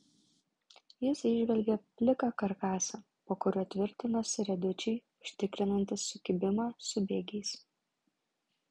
jis įžvelgė pliką karkasą po kuriuo tvirtinosi riedučiai užtikrinantys sukibimą su bėgiais